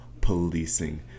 policing